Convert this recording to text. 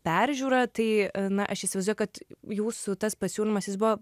peržiūrą tai na aš įsivaizduoju kad jūsų tas pasiūlymas jis buvo